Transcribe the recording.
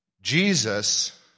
Jesus